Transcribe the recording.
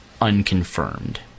unconfirmed